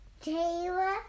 Taylor